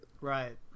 Right